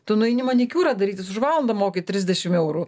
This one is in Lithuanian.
tu nueini manikiūrą darytis už valandą moki trisdešim eurų